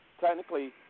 technically